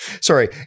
sorry